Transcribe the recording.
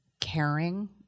caring